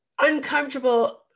uncomfortable